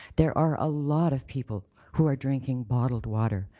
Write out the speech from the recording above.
there are a lot of people who are drinking bottled water.